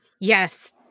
yes